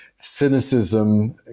cynicism